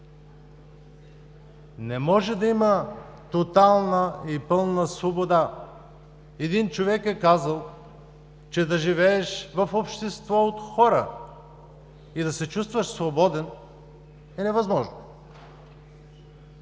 не може да има тотална и пълна свобода. Един човек е казал, че да живееш в общество от хора и да се чувстваш свободен, е невъзможно.